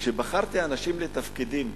כשבחרתי אנשים לתפקידים,